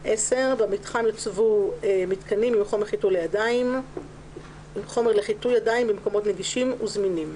(10)במתחם יוצבו מיתקנים עם חומר לחיטוי ידיים במקומות נגישים וזמינים.